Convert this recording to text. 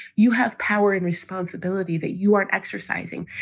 you have power and responsibility that you aren't exercising.